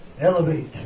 Elevate